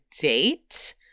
date